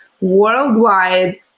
worldwide